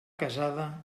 casada